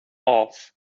off